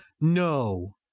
No